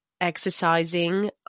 exercising